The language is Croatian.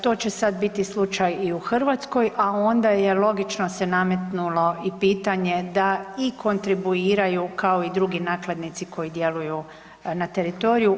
To će sad biti slučaj i u Hrvatskoj, a onda je logično se nametnulo i pitanje da i kontribuiraju kao i drugi nakladnici koji djeluju na teritoriju.